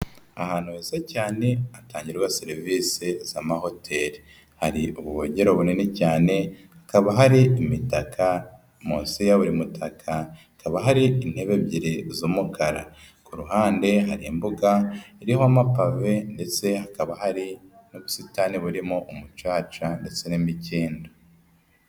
Ahantu heza cyane, hatangirwa serivisi z'amahoteli, hari ubwogera bunini cyane, hakaba hari imitaka, munsi ya buri mutaka hakaba hari intebe ebyiri z'umukara, ku ruhande hari imbuga iriho amapave ndetse hakaba hari n'ubusitani burimo umucaca ndetse n'imikindo.